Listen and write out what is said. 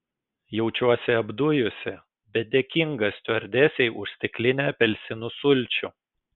jaučiuosi apdujusi bet dėkinga stiuardesei už stiklinę apelsinų sulčių